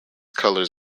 colors